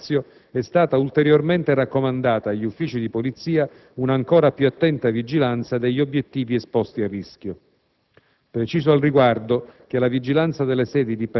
A tal fine, dopo l'episodio richiamato dal senatore Gramazio, è stata ulteriormente raccomandata agli uffici di Polizia una ancora più attenta vigilanza degli obiettivi esposti a rischio.